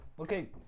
okay